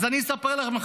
אז אני אספר לכם,